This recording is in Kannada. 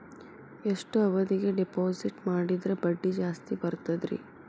ಎಷ್ಟು ಅವಧಿಗೆ ಡಿಪಾಜಿಟ್ ಮಾಡಿದ್ರ ಬಡ್ಡಿ ಜಾಸ್ತಿ ಬರ್ತದ್ರಿ?